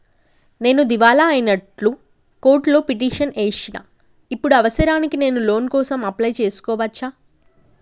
నేను దివాలా అయినట్లు కోర్టులో పిటిషన్ ఏశిన ఇప్పుడు అవసరానికి నేను లోన్ కోసం అప్లయ్ చేస్కోవచ్చా?